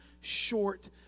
short